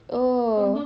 oh